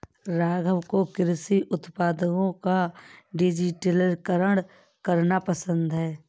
राघव को कृषि उत्पादों का डिजिटलीकरण करना पसंद है